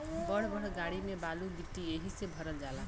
बड़ बड़ गाड़ी में बालू गिट्टी एहि से भरल जाला